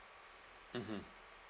mmhmm